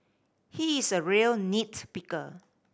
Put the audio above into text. he is a real nit picker